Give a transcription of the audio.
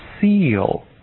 seal